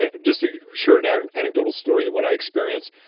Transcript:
ah just sure now anecdotal story of what i experience,